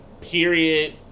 Period